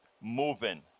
moving